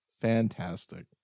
Fantastic